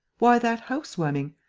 why that house-warming?